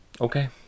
okay